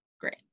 Great